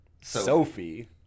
Sophie